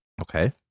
Okay